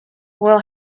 will